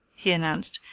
he announced.